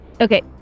Okay